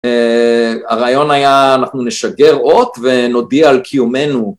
הרעיון היה, אנחנו נשגר אות ונודיע על קיומנו.